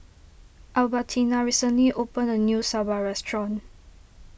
Albertina recently opened a new Sambar restaurant